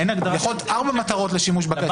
יכולות להיות ארבע מטרות לשימוש בכסף הזה.